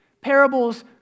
Parables